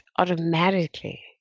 automatically